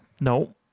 No